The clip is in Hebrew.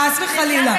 חס וחלילה.